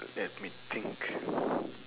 let me think